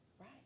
Right